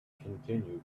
continue